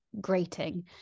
grating